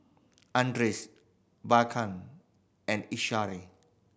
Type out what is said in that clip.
Anders Brycen and Ishaan